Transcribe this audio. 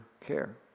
care